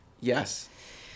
Yes